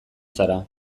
zara